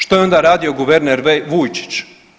Što je onda radio guverner Vujčić?